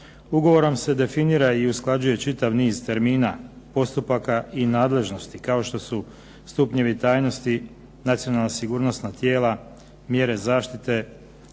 Ugovorom se definira i usklađuje čitav niz termina, postupaka i nadležnosti kao što su stupnjevi tajnosti, nacionalna sigurnosna tijela, mjere zaštite